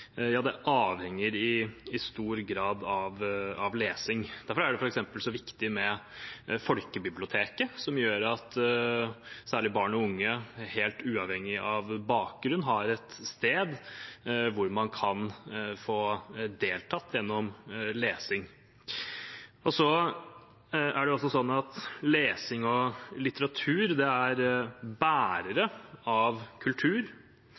ja, det avhenger i stor grad av lesing. Derfor er det f.eks. så viktig med folkebiblioteket, som gjør at særlig barn og unge, helt uavhengig av bakgrunn, har et sted hvor man kan få deltatt gjennom lesing. Så er lesing og litteratur bærere av kultur